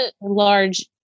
large